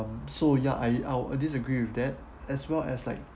um so ya I I would disagree with that as well as like